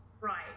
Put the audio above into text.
Right